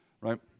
Right